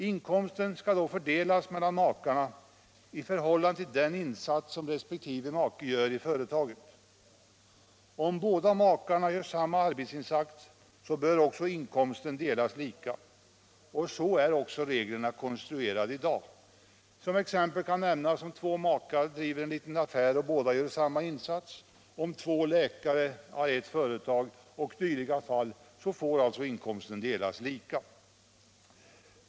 Inkomsten skall då fördelas mellan makarna i förhållande till den insats som resp. make gör i företaget. Om båda makarna gör samma arbetsinsats, bör också inkomsten delas lika, och så är också reglerna konstruerade i dag. Om två makar t.ex. driver en liten affär och båda gör samma insats eller om två läkare har ett företag, får alltså inkomsten delas lika.